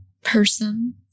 person